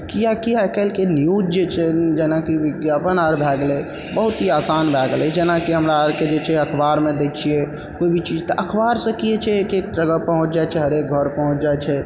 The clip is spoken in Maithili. किए कि आइ काल्हिके न्यूज जे छै जेना कि विज्ञापन आर भए गेलै बहुत ही आसान भए गेलै जेना कि हमरा आरके जे छै अखबारमे दै छियै कोइ भी चीज तऽ अखबार से की होइ छै एक एक जगह पहुँच जाइ छै हरेक घर पहुँच जाइ छै